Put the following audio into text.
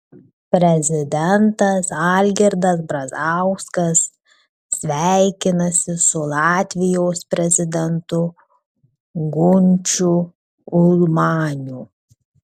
prezidentas algirdas brazauskas sveikinasi su latvijos prezidentu gunčiu ulmaniu